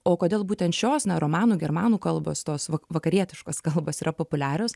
o kodėl būtent šios na romanų germanų kalbos tos vakarietiškos kalbos yra populiarios